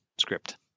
script